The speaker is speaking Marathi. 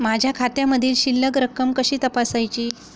माझ्या खात्यामधील शिल्लक रक्कम कशी तपासायची?